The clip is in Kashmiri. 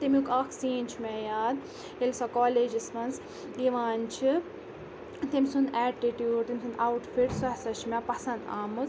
تمیُک اَکھ سیٖن چھُ مےٚ یاد ییٚلہِ سۄ کالیجَس منٛز یِوان چھِ تٔمۍ سُنٛد ایٹِٹیوٗڈ تٔمۍ سُنٛد آوُٹ فِٹ سۄ ہَسا چھِ مےٚ پَسنٛد آمٕژ